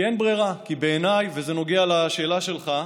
כי אין ברירה, וזה נוגע לשאלה שלך.